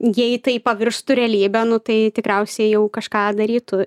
jei tai pavirstų realybe nu tai tikriausiai jau kažką darytų